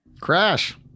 Crash